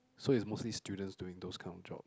so it's mostly students doing those kind of job